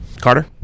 Carter